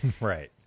right